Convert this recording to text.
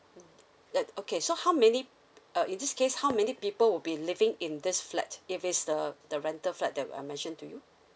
mm that okay so how many uh in this case how many people would be living in this flat if it's the the rental flat that I mention to you